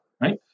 right